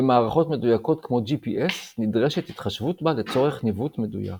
במערכות מדויקות כמו GPS נדרשת התחשבות בה לצורך ניווט מדויק.